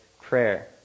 prayer